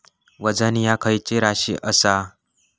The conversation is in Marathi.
वजन ह्या खैची राशी असा?